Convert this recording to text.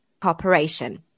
corporation